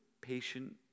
patient